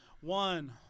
One